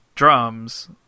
drums